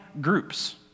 groups